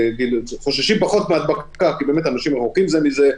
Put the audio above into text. חוששים פחות מהדבקה כי אנשים רחוקים זה מזה,